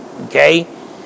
Okay